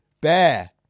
Bear